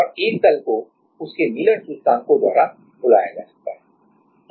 और एक तल को उसके मिलर सूचकांकों द्वारा बुलाया जा सकता है